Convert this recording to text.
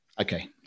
okay